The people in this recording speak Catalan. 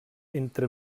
entre